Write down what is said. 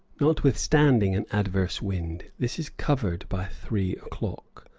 notwithstanding an adverse wind, this is covered by three o'clock.